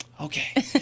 Okay